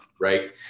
right